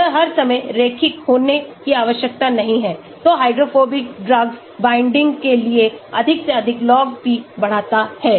यह हर समय रैखिक होने की आवश्यकता नहीं है तो हाइड्रोफोबिक ड्रग्स बाइंडिंग के लिए अधिक से अधिकlog p बढ़ता है